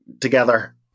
together